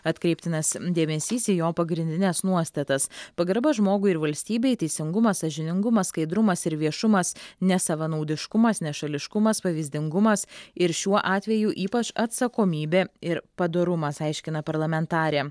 atkreiptinas dėmesys į jo pagrindines nuostatas pagarba žmogui ir valstybei teisingumas sąžiningumas skaidrumas ir viešumas nesavanaudiškumas nešališkumas pavyzdingumas ir šiuo atveju ypač atsakomybė ir padorumas aiškina parlamentarė